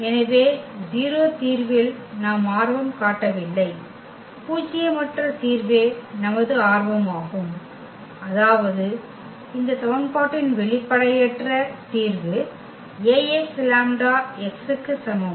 எனவே 0 தீர்வில் நாம் ஆர்வம் காட்டவில்லை பூஜ்யமற்ற தீர்வே நமது ஆர்வமாகும் அதாவது இந்த சமன்பாட்டின் வெளிப்படையற்ற தீர்வு Ax லாம்ப்டா x க்கு சமம்